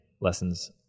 lessons